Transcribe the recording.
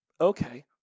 Okay